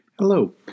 Hello